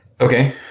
Okay